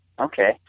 Okay